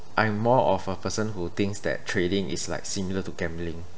I'm more of a person who thinks that trading is like similar to gambling